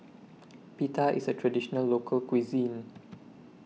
Pita IS A Traditional Local Cuisine